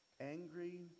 angry